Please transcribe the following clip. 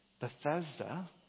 Bethesda